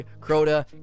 Crota